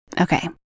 Okay